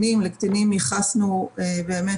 מאוד.